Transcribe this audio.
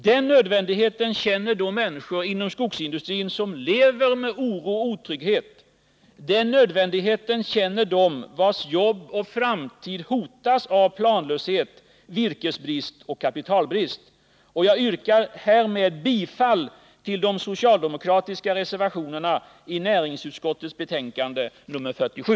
Den nödvändigheten känner de människor inom skogsindustrin som lever med oro och otrygghet. Den nödvändigheten känner de vilkas jobb och framtid hotas av planlöshet, virkesbrist och kapitalbrist. Jag yrkar härmed bifall till de socialdemokratiska reservationerna vid näringsutskottets betänkande nr 47.